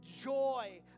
joy